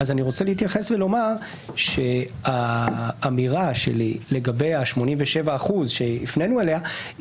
אני רוצה להתייחס ולומר שהאמירה שלי לגבי ה-87 אחוזים שהפנינו אליה,